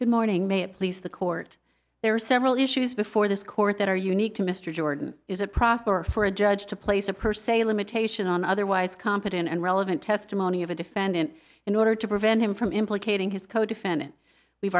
good morning may it please the court there are several issues before this court that are unique to mr jordan is a proper for a judge to place a per se limitation on otherwise competent and relevant testimony of a defendant in order to prevent him from implicating his